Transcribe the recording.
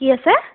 কি আছে